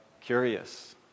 curious